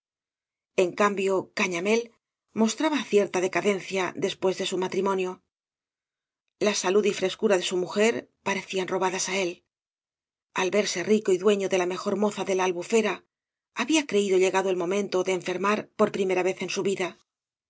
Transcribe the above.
ea cambio cañamél mostraba cierta decadencia después de su matrimonio la salud y frescura de su mujer parecían robadas á él al verse rico y dueño de la mejor moza de la albufera había creído llegado el momento de enfermar por primera vez en su vida